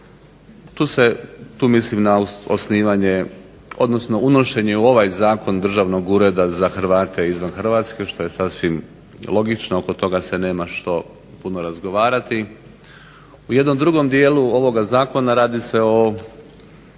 Tu mislim na osnivanje odnosno unošenje u ovaj zakon državnog ureda za Hrvate izvan Hrvatske što je sasvim logično oko toga se nema što puno razgovarati. U jednom drugom dijelu ovoga zakona radi se o